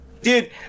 Dude